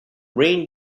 rain